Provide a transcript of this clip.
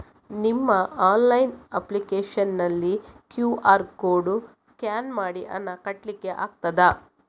ನಿಮ್ಮ online application ನಲ್ಲಿ QR code scan ಮಾಡಿ ಹಣ ಕಟ್ಲಿಕೆ ಆಗ್ತದ?